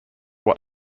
what